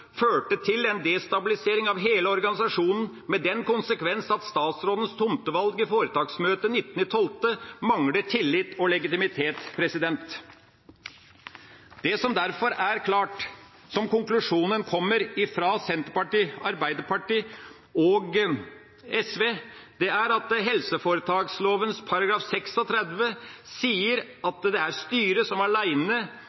førte til en destabilisering av hele organisasjonen, med den konsekvens at statsrådens tomtevalg i foretaksmøtet 19. desember mangler tillit og legitimitet. Det som derfor er klart, slik konklusjonen kommer fra Senterpartiet, Arbeiderpartiet og SV, er at helseforetaksloven § 36 sier at det er styret som